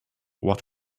what